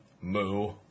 moo